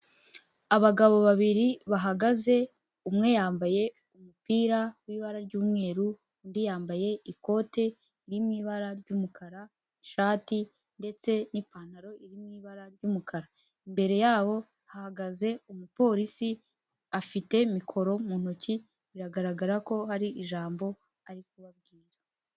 Abagabo babiri bahagaze, umwe yambaye umupira w'ibara ry'umweru, undi yambaye ikote riri mu ibara ry'umukara, ishati ndetse n'ipantaro iri mu i ibara ry'umukara, imbere yabo hahagaze umupolisi, afite mikoro mu ntoki biragaragara ko hari ijambo ari kubabwira.